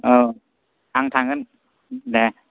आं थांगोन दे